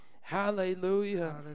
Hallelujah